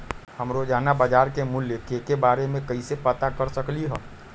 हम रोजाना बाजार के मूल्य के के बारे में कैसे पता कर सकली ह?